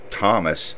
Thomas